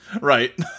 Right